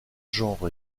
genres